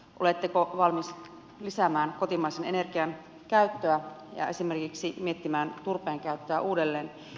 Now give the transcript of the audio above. oletteko valmis lisäämään kotimaisen energian käyttöä ja esimerkiksi miettimään turpeen käyttöä uudelleen